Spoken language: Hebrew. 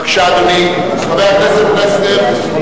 בבקשה, אדוני חבר הכנסת פלסנר.